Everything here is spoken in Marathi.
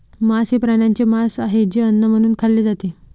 मांस हे प्राण्यांचे मांस आहे जे अन्न म्हणून खाल्ले जाते